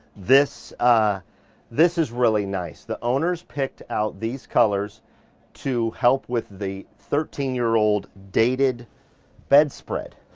this ah this is really nice. the owners picked out these colors to help with the thirteen year old dated bedspread.